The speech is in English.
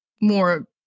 more